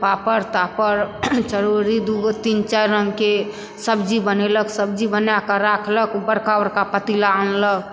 पापड़ तापड़ चरौड़ी दू गो तीन चारि रंग के सब्जी बनेलक सब्जी बनाके राखलक बड़का बड़का पतीला अनलक